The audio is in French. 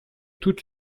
toute